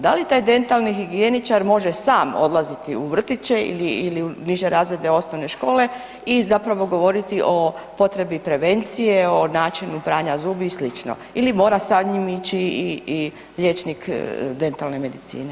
Da li taj dentalni higijeničar može sam odlaziti u vrtiće ili u niže razrede osnovne škole i zapravo govoriti o potrebi prevencije o načinu pranja zubi i sl. ili mora sa njim ići i liječnik dentalne medicine?